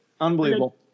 Unbelievable